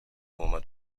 roma